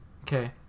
Okay